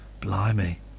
Blimey